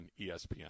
ESPN